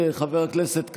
חבר הכנסת כץ.